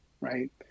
right